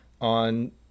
on